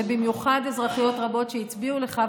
ובמיוחד אזרחיות רבות שהצביעו לך,